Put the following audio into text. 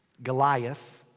goliath.